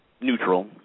neutral